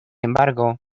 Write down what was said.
embargo